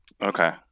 Okay